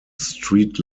street